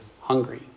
hungry